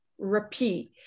repeat